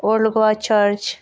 old Goa church